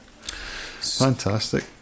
Fantastic